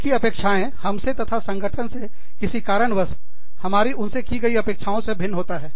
जिनकी अपेक्षाएँ हमसे तथा संगठन से किसी कारणवश हमारी उनसे की गई अपेक्षाओं से भिन्न होता है